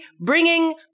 bringing